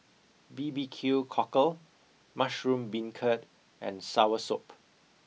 B B Q cockle mushroom beancurd and soursop